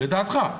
לדעתך,